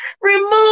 remove